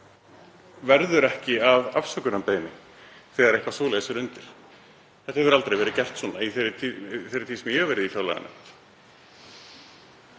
verður ekki afsökunarbeiðni þegar eitthvað svoleiðis er undir. Þetta hefur aldrei verið gert í þeirri tíð sem ég hef verið í fjárlaganefnd.